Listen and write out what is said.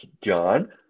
John